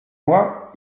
moi